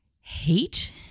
hate